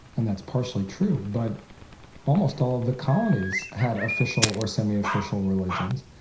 and that's partially true, but almost all of the colonies had official or semiofficial religions.